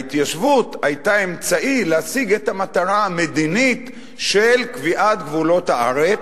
ההתיישבות היתה אמצעי להשיג את המטרה המדינית של קביעת גבולות הארץ,